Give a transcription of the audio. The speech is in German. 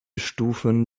stufen